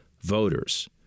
voters